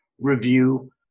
review